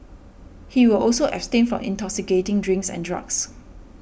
he will also abstain from intoxicating drinks and drugs